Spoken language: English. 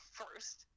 first